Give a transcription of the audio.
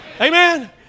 Amen